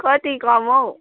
कति कम हौ